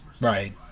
Right